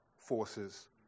forces